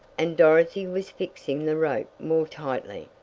and dorothy was fixing the rope more tightly.